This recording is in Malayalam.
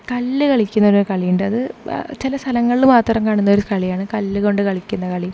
കല്ലുകളിക്കുന്നൊരു കളിയുണ്ട് അത് ചില സ്ഥലങ്ങളിൽ മാത്രം കാണുന്നൊരു കളിയാണ് കല്ലുകൊണ്ട് കളിക്കുന്ന കളി